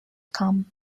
com